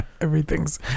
everything's